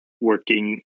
working